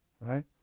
Right